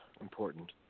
important